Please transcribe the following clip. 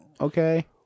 Okay